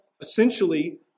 essentially